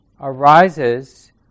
arises